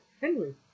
Henry